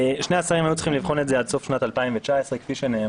שני השרים היו צריכים לבחון את זה עד סוף שנת 2019. כפי שנאמר,